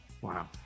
Wow